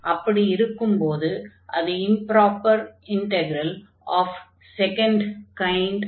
அப்படி இருக்கும்போது அது improper integral of second kind